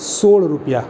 સોળ રૂપિયા